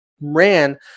ran